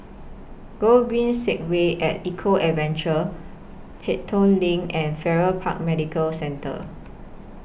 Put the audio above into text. Gogreen Segway and Eco Adventure Pelton LINK and Farrer Park Medical Centre